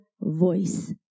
voice